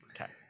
Okay